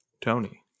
Tony